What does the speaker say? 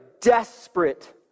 desperate